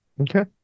Okay